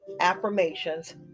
affirmations